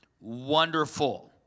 wonderful